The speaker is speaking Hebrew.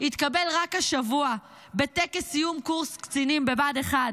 התקבל השבוע בטקס סיום קורס קצינים בבה"ד 1,